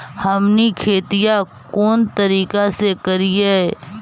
हमनी खेतीया कोन तरीका से करीय?